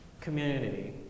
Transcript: community